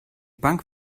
bank